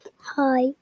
hi